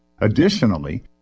Additionally